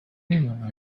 when